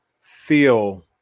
feel